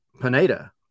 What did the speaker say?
Pineda